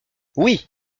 oui